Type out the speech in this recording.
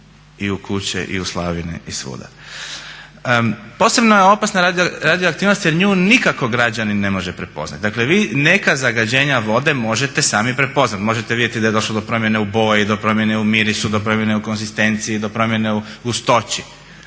i u kuće i u slavine i svuda. Posebno je opasna radioaktivnost jer nju nikako građanin ne može prepoznati. Dakle, vi neka zagađenja vode možete sami prepoznati. Možete vidjeti da je došlo do promjene u boji, do promjene u mirisu, do promjene u konzistenciji, do promjene u gustoći